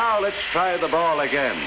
now let's try the ball again